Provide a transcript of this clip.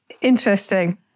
Interesting